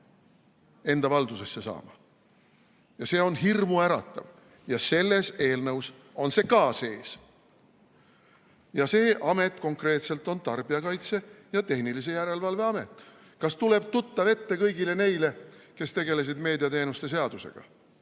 enda valdusesse saama. See on hirmuäratav ja selles eelnõus on see ka sees. See amet konkreetselt on Tarbijakaitse ja Tehnilise Järelevalve Amet. Kas tuleb tuttav ette kõigile neile, kes tegelesid meediateenuste seadusega?